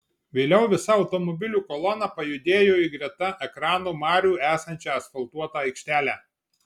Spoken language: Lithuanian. vėliau visa automobilių kolona pajudėjo į greta ekrano marių esančią asfaltuotą aikštelę